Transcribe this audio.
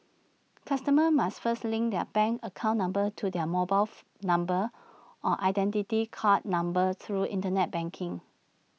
customers must first link their bank account number to their mobile number or Identity Card numbers through Internet banking